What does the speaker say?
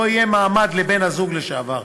לא יהיה מעמד לבן-הזוג לשעבר,